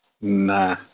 nah